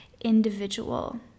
individual